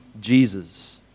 Jesus